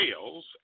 sales